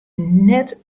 net